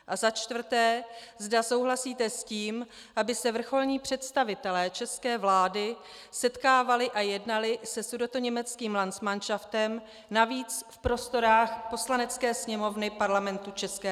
A za čtvrté, zda souhlasíte s tím, aby se vrcholní představitelé české vlády setkávali a jednali se sudetoněmeckým landsmanšaftem, navíc v prostorách Poslanecké sněmovny Parlamentu ČR.